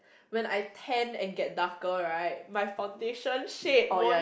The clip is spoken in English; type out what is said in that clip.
when I tan and get darker right my foundation shade won't